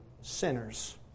sinners